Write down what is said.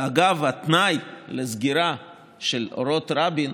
ואגב, התנאי לסגירה של אורות רבין,